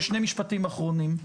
שני משפטים אחרונים.